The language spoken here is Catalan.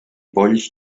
polls